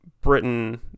Britain